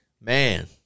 Man